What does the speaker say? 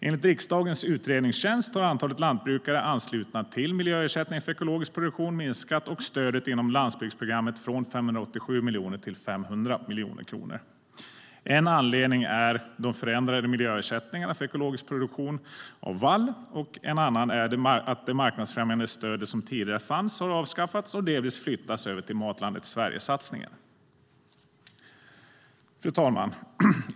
Enligt riksdagens utredningstjänst har antalet lantbrukare anslutna till miljöersättningen för ekologisk produktion minskat, och stödet inom landsbygdsprogrammet har minskat från 587 miljoner kronor till 500 miljoner kronor. En anledning är de förändrade miljöersättningarna för ekologisk produktion av vall, en annan är att det marknadsfrämjande stöd som tidigare fanns har avskaffats och delvis flyttats över till Matlandet Sverige-satsningen.